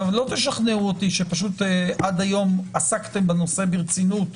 לא תשכנעו אותי שעד היום עסקתם בנושא ברצינות,